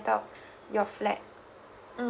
rent out your flat mm